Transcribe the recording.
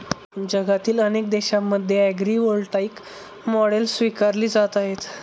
जगातील अनेक देशांमध्ये ॲग्रीव्होल्टाईक मॉडेल स्वीकारली जात आहे